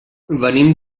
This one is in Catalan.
venim